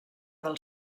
del